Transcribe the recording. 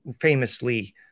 famously